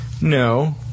No